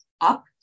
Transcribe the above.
up